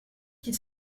qu’il